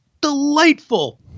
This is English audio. delightful